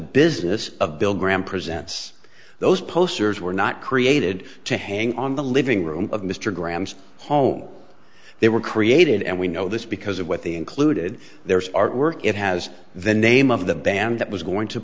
business of bill graham presents those posters were not created to hang on the living room of mr graham's home they were created and we know this because of what they included there is artwork it has the name of the band that was going to